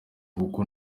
kuko